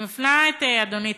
אני מפנה את אדוני,